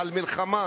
על מלחמה